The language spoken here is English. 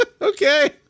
Okay